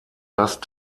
last